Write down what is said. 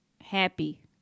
happy